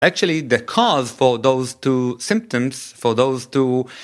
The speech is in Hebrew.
actually, the cause for those two symptoms, for those two